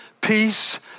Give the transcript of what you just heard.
peace